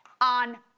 on